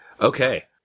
Okay